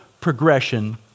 progression